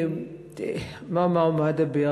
מה אומר ומה אדבר.